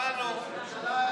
הבנו, הבנו.